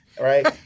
Right